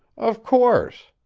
of course.